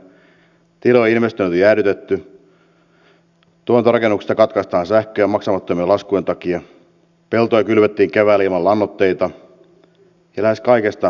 tilojen investoinnit on jäädytetty tuotantorakennuksista katkaistaan sähköjä maksamattomien laskujen takia peltoja kylvettiin keväällä ilman lannoitteita ja lähes kaikesta muustakin tingitään